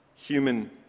human